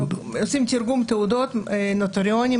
עושים תרגום תעודות נוטריוני,